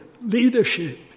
leadership